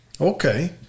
Okay